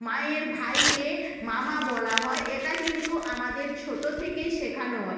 মায়ের ভাইকে মামা বলা হয় এটা কিন্তু আমাদের ছোটো থেকেই শেখানো হয়